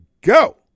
go